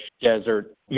desert